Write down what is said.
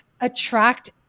attract